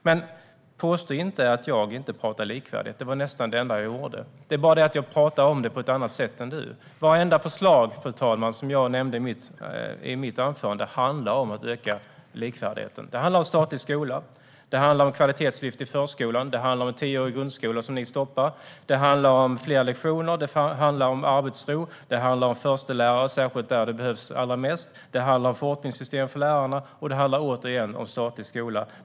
Men påstå inte att jag inte talar om likvärdighet! Det var nästan det enda jag gjorde. Jag talar dock om det på ett annat sätt än du. Vartenda förslag, fru talman, som jag nämnde i mitt huvudanförande handlar om att öka likvärdigheten. Det handlar om statlig skola och kvalitetslyft i förskolan. Det handlar om tioårig grundskola, vilket är något som ni stoppar. Det handlar om fler lektioner och arbetsro. Det handlar om förstelärare, särskilt där det behövs allra mest. Det handlar om fortbildningssystem för lärarna, och återigen handlar det om statlig skola.